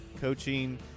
coaching